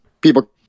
people